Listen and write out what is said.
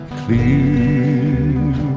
clear